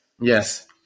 Yes